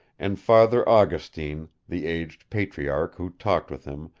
and father augustine, the aged patriarch who talked with him,